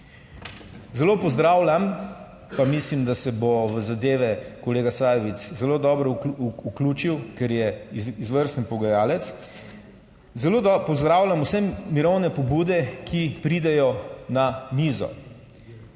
Zelo pozdravljam - pa mislim, da se bo v zadeve kolega Sajovic zelo dobro vključil, ker je izvrsten pogajalec -, zelo pozdravljam vse mirovne pobude, ki pridejo na mizo,